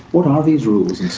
what are these rules